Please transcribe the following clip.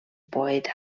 poeta